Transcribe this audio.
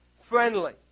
friendly